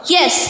Yes